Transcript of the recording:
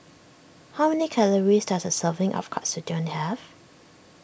how many calories does a serving of Katsudon have